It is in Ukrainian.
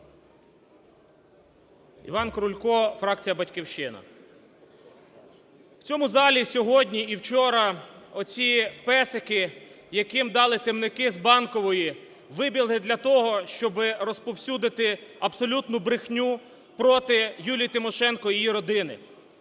Іван Крулько, фракція "Батьківщина". В цьому залі сьогодні і вчора оці "песики", яким дали "темники" з Банкової, вибігли для того, щоби розповсюдити абсолютну брехню проти Юлії Тимошенко і її родини.